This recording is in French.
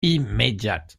immédiate